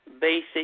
basic